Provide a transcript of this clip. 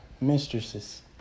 mistresses